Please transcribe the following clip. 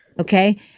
Okay